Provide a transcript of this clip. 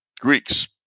Greeks